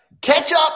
Ketchup